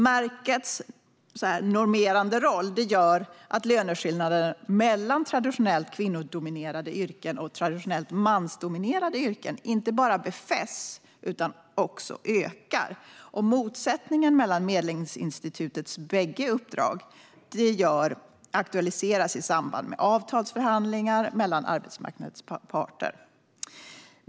Märkets normerande roll gör att löneskillnaderna mellan traditionellt kvinnodominerade yrken och traditionellt mansdominerade yrken inte bara befästs utan också ökar. Motsättningen mellan Medlingsinstitutets bägge uppdrag aktualiseras i samband med avtalsförhandlingar mellan arbetsmarknadens parter.